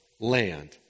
land